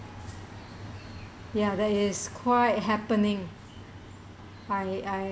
ya that is quite happening I I